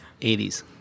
80s